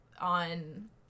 on